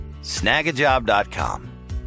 Snagajob.com